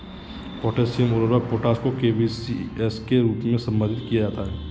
potassium उर्वरक potash को केबीस के रूप में संदर्भित किया जाता है